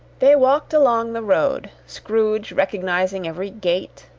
they walked along the road, scrooge recognising every gate,